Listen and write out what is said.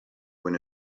when